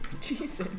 Jesus